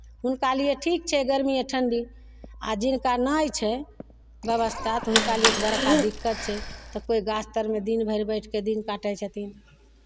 हुनका लिए ठीक छै गरमी आ ठण्डी आ जिनका नहि छै व्यवस्था तऽ हुनका लिए तऽ बड़का दिक्कत छै तऽ कोइ गाछ तरमे दिन भरि बैठि कऽ दिन काटै छथिन